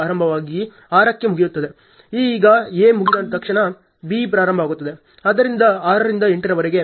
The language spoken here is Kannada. ಈಗ A ಮುಗಿದ ತಕ್ಷಣ B ಪ್ರಾರಂಭವಾಗುತ್ತಿದೆ ಆದ್ದರಿಂದ 6 ರಿಂದ 8 ರವರೆಗೆ